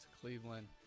Cleveland